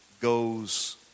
goes